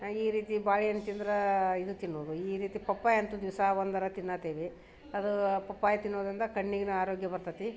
ಹಾಂ ಈ ರೀತಿ ಬಾಳೆಹಣ್ ತಿಂದ್ರಾ ಇದು ತಿನ್ನುವುದು ಈ ರೀತಿ ಪಪ್ಪಾಯ ಅಂತೂ ದಿವಸ ಒಂದಾರೂ ತಿನ್ನತೀವಿ ಅದು ಪಪ್ಪಾಯ ತಿನ್ನೋದರಿಂದ ಕಣ್ಣಿಗಿನ ಆರೋಗ್ಯ ಬರ್ತೈತಿ